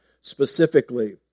specifically